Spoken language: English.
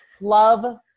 love